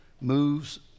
moves